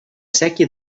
séquia